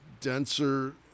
denser